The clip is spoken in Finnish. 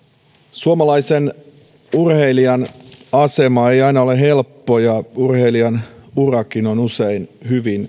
suomalaisen urheilijan asema ei aina ole helppo ja urheilijan urakin on usein hyvin lyhyt me